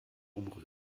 umrühren